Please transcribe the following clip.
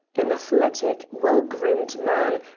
an athletic, well-groomed man,